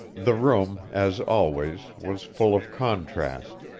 the room, as always, was full of contrast